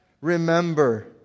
remember